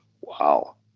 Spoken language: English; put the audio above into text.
Wow